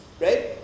right